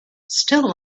still